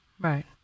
Right